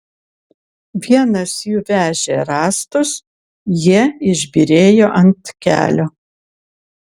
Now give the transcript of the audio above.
vienas jų vežė rąstus jie išbyrėjo ant kelio